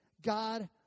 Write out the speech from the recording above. God